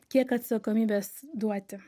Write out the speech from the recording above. kiek atsakomybės duoti